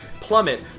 plummet